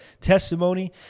testimony